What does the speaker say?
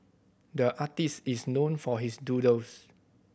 the artist is known for his doodles